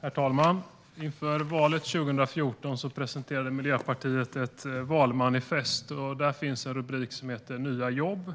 Herr talman! Inför valet 2014 presenterade Miljöpartiet ett valmanifest. Där finns en rubrik som heter Nya jobb.